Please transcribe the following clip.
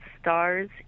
Stars